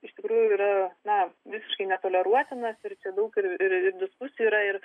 iš tikrųjų yra na visiškai netoleruotinas ir čia daug ir diskusijų yra ir